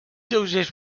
lleugers